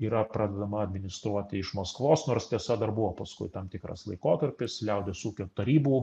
yra pradedama administruoti iš maskvos nors tiesa dar buvo paskui tam tikras laikotarpis liaudies ūkio tarybų